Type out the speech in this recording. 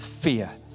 Fear